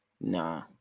Nah